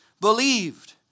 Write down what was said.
believed